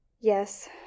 Yes